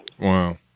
Wow